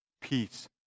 peace